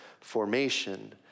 formation